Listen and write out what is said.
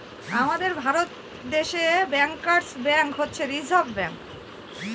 আমাদের ভারত দেশে ব্যাঙ্কার্স ব্যাঙ্ক হচ্ছে রিসার্ভ ব্যাঙ্ক